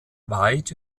weit